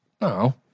No